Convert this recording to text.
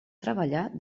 treballar